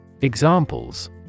Examples